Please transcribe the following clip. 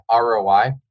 ROI